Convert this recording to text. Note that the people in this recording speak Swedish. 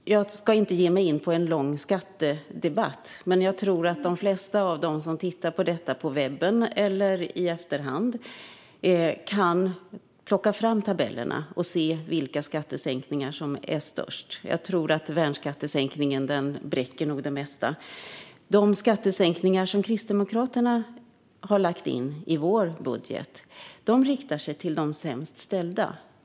Fru talman! Jag ska inte ge mig in på en lång skattedebatt, men jag tror att de flesta av dem som tittar på detta på webben eller i efterhand kan plocka fram tabellerna och se vilka skattesänkningar som är störst. Jag tror att värnskattesänkningen bräcker det mesta. De skattesänkningar som Kristdemokraterna har lagt in i vår budget riktar sig till dem som har det sämst ställt.